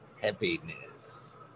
Happiness